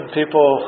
people